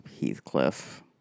Heathcliff